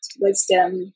wisdom